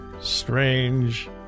strange